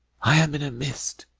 i am in a mist!